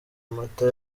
amata